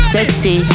Sexy